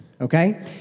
Okay